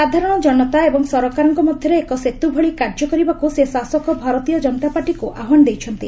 ସାଧାରଣ ଜନତା ଏବଂ ସରକାରଙ୍କ ମଧ୍ୟରେ ଏକ ସେତ୍ ଭଳି କାର୍ଯ୍ୟ କରିବାକୁ ସେ ଶାସକ ଭାରତୀୟ ଜନତା ପାର୍ଟିକୁ ଆହ୍ୱାନ ଦେଇଛନ୍ତି